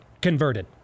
converted